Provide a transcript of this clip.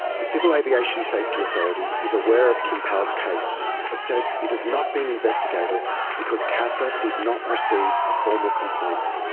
the civil aviation safety authority is aware of kim powell's case but says it has not been investigated because casa did not receive a formal complaint.